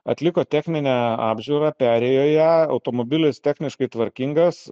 atliko techninę apžiūrą perėjo ją automobilis techniškai tvarkingas